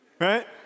right